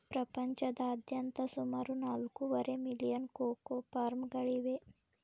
ಪ್ರಪಂಚದಾದ್ಯಂತ ಸುಮಾರು ನಾಲ್ಕೂವರೆ ಮಿಲಿಯನ್ ಕೋಕೋ ಫಾರ್ಮ್ಗಳಿವೆ